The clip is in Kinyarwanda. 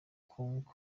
kong